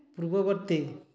ପୂର୍ବବର୍ତ୍ତୀ